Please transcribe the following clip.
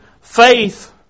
faith